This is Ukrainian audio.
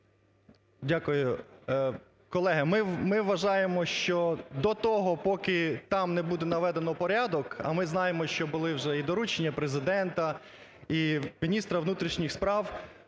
Дякую. Колеги, ми вважаємо, що до того поки там не буде наведено порядок, а ми знаємо, що були вже і доручення Президента, міністра внутрішніх справ,